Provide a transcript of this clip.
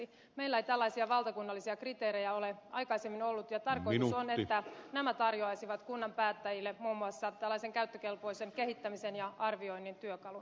meillä ei tällaisia valtakunnallisia kriteerejä ole aikaisemmin ollut ja tarkoitus on että nämä tarjoaisivat kunnan päättäjille muun muassa käyttökelpoisen kehittämisen ja arvioinnin työkalun